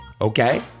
Okay